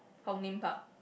Hong-Lim-Park